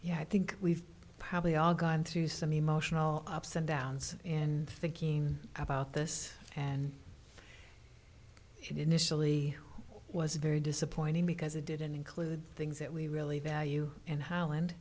yeah i think we've probably all gone through some emotional ups and downs in thinking about this and initially was very disappointing because it didn't include things that we really value in holland